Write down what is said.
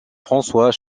françois